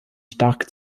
stark